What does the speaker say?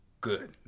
good